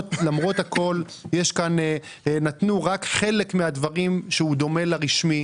למרות הכול, נתנו רק חלק מהדברים שדומה לרשמי.